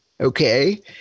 okay